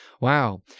Wow